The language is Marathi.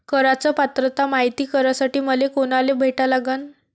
कराच पात्रता मायती करासाठी मले कोनाले भेटा लागन?